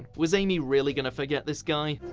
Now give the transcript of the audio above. was amy really going to forget this guy?